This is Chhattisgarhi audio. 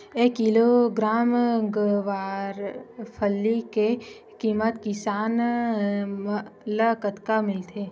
एक किलोग्राम गवारफली के किमत किसान ल कतका मिलही?